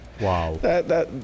Wow